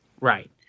Right